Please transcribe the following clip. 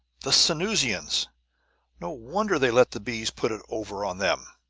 the sanusians no wonder they let the bees put it over on them!